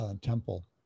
temple